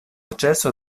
ĉeso